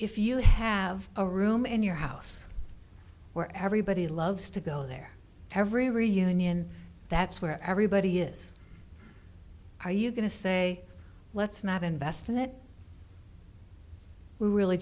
if you have a room in your house where everybody loves to go there every reunion that's where everybody is are you going to say let's not invest in it really